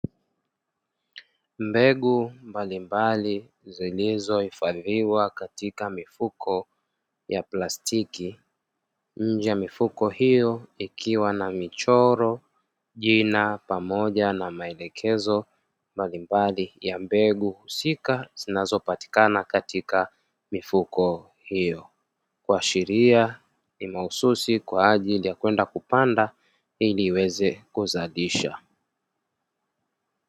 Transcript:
Mbegu mbalimbali zilizohifadhiwa katika mifuko ya plastiki. Nje ya mifuko hiyo ikiwa na michoro, jina pamoja na maelekezo mbalimbali ya mbegu husika zinazopatikana katika mifuko hiyo. Kuashiria ni mahususi kwa ajili ya kwenda kupanda ili iweze kuzalisha.